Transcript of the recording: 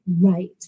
Right